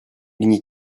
n’y